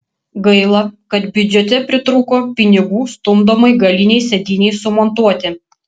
gaila kad biudžete pritrūko pinigų stumdomai galinei sėdynei sumontuoti